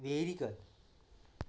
वेरीकर